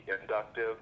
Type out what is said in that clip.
inductive